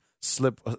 slip